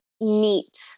neat